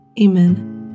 Amen